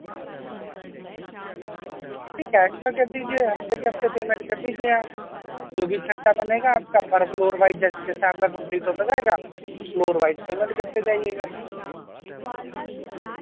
جی cash میں کر دیجیے ہفتے کے ہفتے پیمنٹ کر دیجیے آپ جو بھی اکھٹا بنے گا آپ کا پر فلور وائز جیسے جیسے اپنا کمپلیٹ ہوتا جائے گا فلور وائز پیمنٹ کرتے جائیے گا